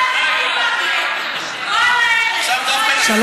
ההצעה להעביר את הצעת חוק העונשין (תיקון מס' 132)